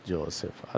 Joseph